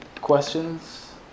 questions